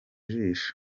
jisho